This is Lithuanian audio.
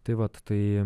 tai vat tai